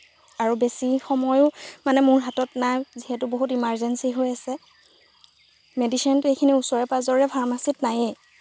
আৰু বেছি সময়ো মানে মোৰ হাতত নাই যিহেতু বহুত ইমাৰজেঞ্চি হৈ আছে মেডিচিনটো এইখিনি ওচৰে পাজৰে ফাৰ্মাচীত নায়েই